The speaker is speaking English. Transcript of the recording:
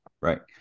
Right